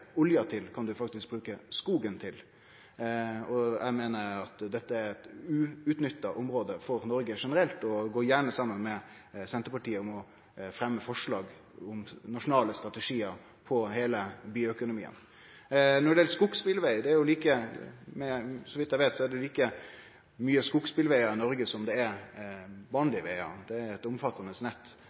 olja til, kan ein faktisk bruke skogen til. Eg meiner at dette er eit uutnytta område for Noreg generelt, og går gjerne saman med Senterpartiet om å fremje forslag om nasjonale strategiar for heile bioøkonomien. Når det gjeld skogsbilvegar, er det, så vidt eg veit, like mykje skogsbilvegar i Noreg som det er vanlege vegar. Det er eit omfattande nett.